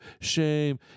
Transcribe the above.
shame